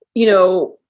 you know,